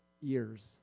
years